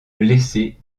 blessé